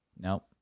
Nope